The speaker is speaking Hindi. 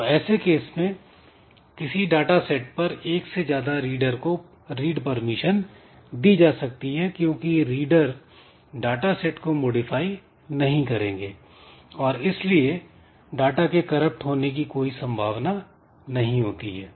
तो ऐसे केस में किसी डाटा सेट पर एक से ज्यादा रीडर को रीड परमिशन दी जा सकती है क्योंकि रीडर डाटा सेट को मॉडिफाई नहीं करेंगे और इसलिए डाटा के करप्ट होने की कोई संभावना नहीं होती है